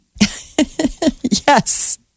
Yes